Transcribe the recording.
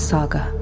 Saga